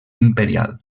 imperial